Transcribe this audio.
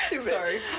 Sorry